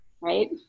right